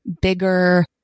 bigger